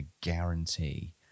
guarantee